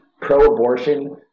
pro-abortion